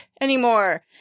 anymore